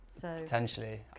Potentially